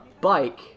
bike